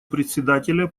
председателя